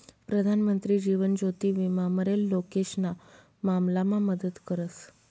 प्रधानमंत्री जीवन ज्योति विमा मरेल लोकेशना मामलामा मदत करस